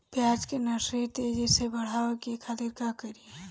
प्याज के नर्सरी तेजी से बढ़ावे के खातिर का करी?